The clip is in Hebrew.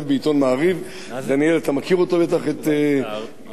דניאל, אתה מכיר אותו בטח, את גיא מרוז.